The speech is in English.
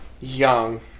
Young